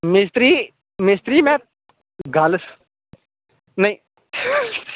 मिस्तरी मिस्तरी में गल्ल नेईं